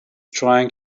trying